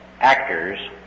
actors